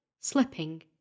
slipping